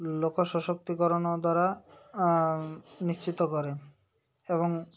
ଲୋକ ସଶକ୍ତିକରଣ ଦ୍ୱାରା ନିଶ୍ଚିତ କରେ ଏବଂ